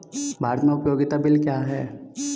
भारत में उपयोगिता बिल क्या हैं?